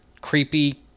creepy